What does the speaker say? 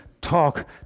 talk